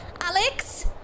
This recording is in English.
Alex